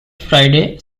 friday